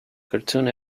cartoon